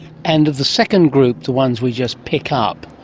and of the second group, the ones we just pick up,